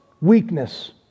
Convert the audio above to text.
weakness